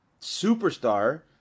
superstar